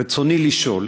רצוני לשאול: